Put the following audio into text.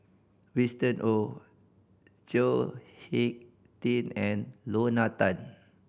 Winston Oh Chao Hick Tin and Lorna Tan